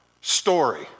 story